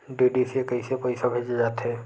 DD से कइसे पईसा भेजे जाथे?